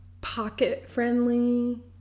pocket-friendly